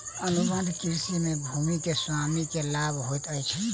अनुबंध कृषि में भूमि के स्वामी के लाभ होइत अछि